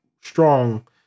strong